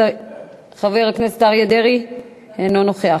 חבר הכנסת אריה דרעי, אינו נוכח.